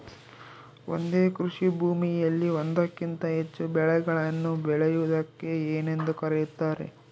ಒಂದೇ ಕೃಷಿಭೂಮಿಯಲ್ಲಿ ಒಂದಕ್ಕಿಂತ ಹೆಚ್ಚು ಬೆಳೆಗಳನ್ನು ಬೆಳೆಯುವುದಕ್ಕೆ ಏನೆಂದು ಕರೆಯುತ್ತಾರೆ?